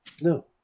No